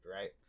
right